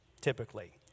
typically